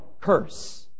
curse